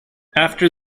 after